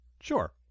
Sure